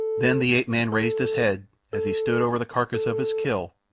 then the ape-man raised his head, as he stood over the carcass of his kill,